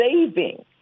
saving